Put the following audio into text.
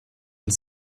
und